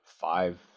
five